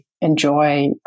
enjoy